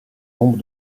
nombre